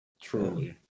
Truly